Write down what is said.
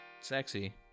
sexy